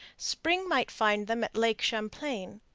spring might find them at lake champlain,